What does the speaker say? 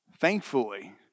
Thankfully